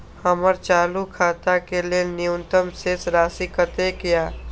हमर चालू खाता के लेल न्यूनतम शेष राशि कतेक या?